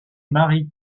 mary